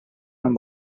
non